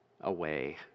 away